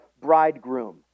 bridegroom